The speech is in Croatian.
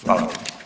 Hvala.